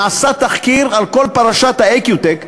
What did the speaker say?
נעשה תחקיר על כל פרשת "איקיוטק".